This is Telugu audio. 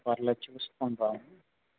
పర్లేదు చూసుకొని రా